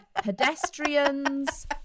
pedestrians